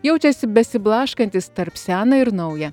jaučiasi besiblaškantis tarp sena ir nauja